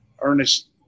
Ernest